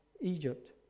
Egypt